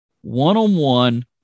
one-on-one